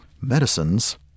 medicines